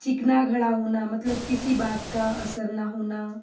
चिकना घड़ा होना मतलब किस बात का असर न होना